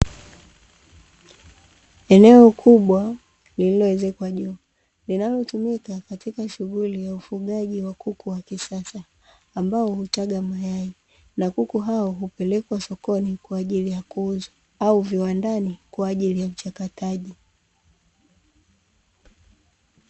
Eneo kubwa lililoezekwa juu linalotumika katika shughuli ya ufugaji wa kuku wa kisasa ambao hutaga mayai, na kuku hao hupelekwa sokoni kwa ajili ya kuuzwa au viwandani kwa ajili ya uchakataji.